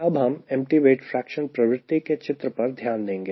अब हम empty weight fraction प्रवृत्ति के चित्र पर ध्यान देंगे